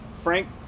Frank